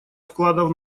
вкладов